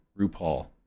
RuPaul